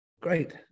great